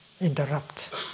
interrupt